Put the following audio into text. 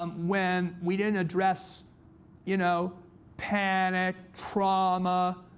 um when we didn't address you know panic, trauma,